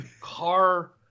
car